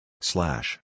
Slash